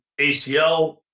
ACL